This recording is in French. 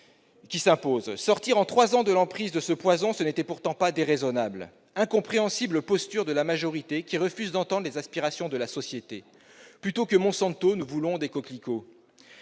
Sortir en trois ans de l'utilisation de ce poison, ce n'était pourtant pas une proposition déraisonnable. Incompréhensible posture de la majorité, qui refuse d'entendre les aspirations de la société ! Plutôt que Monsanto, nous voulons des coquelicots